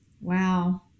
Wow